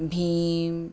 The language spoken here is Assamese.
ভীম